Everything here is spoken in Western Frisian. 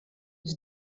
dat